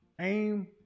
Aim